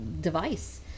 device